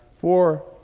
four